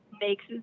makes